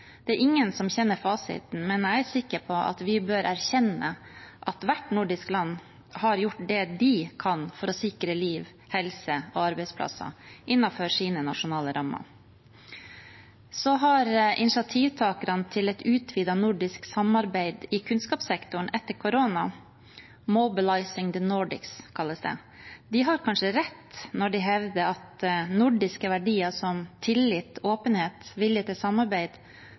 Ingen kjenner fasiten. Men jeg er sikker på at vi bør erkjenne at hvert nordisk land har gjort det de kan for å sikre liv, helse og arbeidsplasser innenfor sine nasjonale rammer. Initiativtakerne til et utvidet nordisk samarbeid i kunnskapssektoren etter koronaen, «Mobilising the Nordics» kalles det, har kanskje rett når de hevder at nordiske verdier som tillit, åpenhet, vilje til samarbeid,